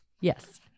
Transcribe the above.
Yes